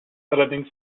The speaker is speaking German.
allerdings